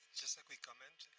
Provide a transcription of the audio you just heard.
just a quick comment.